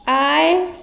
I